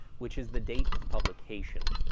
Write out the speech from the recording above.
which is the date of publication.